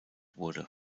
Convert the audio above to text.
wurde